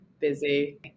busy